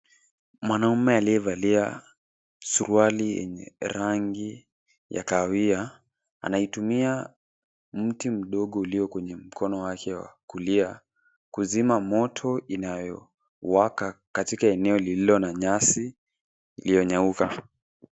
Mwanaume aliyevalia suruali yenye rangi ya kahawia anaitumia mti mdogo ulio kwenye mkono wake wa kulia kuzima moto inayowaka katika eneo lililo na nyasi iliyonyauka.